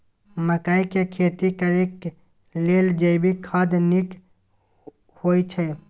मकई के खेती करेक लेल जैविक खाद नीक होयछै?